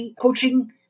Coaching